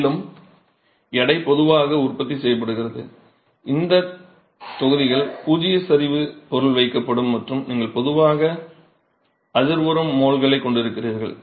மேலும் எடை பொதுவாக உற்பத்தி செய்யப்படுகிறது இந்த தொகுதிகள் பூஜ்ஜிய சரிவு பொருள் வைக்கப்படும் மற்றும் நீங்கள் பொதுவாக அதிர்வுறும் மோல்களைக் கொண்டிருக்கிறீர்கள்